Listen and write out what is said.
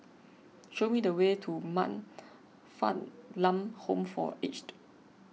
show me the way to Man Fatt Lam Home for Aged